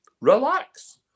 relax